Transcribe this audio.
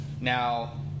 Now